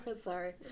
sorry